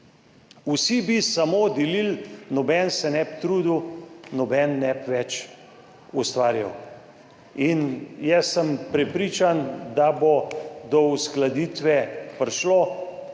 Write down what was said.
Vsi bi samo delili, noben se ne bi trudil, noben ne bi več ustvarjal in jaz sem prepričan, da bo do uskladitve prišlo.